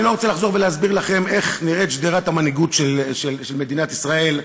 אני לא רוצה לחזור ולהסביר לכם איך נראית שדרת המנהיגות של מדינת ישראל,